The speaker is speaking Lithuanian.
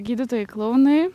gydytojai klounai